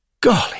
Golly